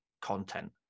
content